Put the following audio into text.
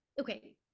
Okay